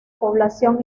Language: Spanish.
población